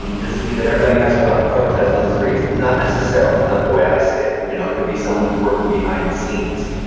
and does it mean that everybody has go out protests on the streets? not necessarily. not the way i see it, you know, could be someone who's working behind the scenes.